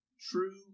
true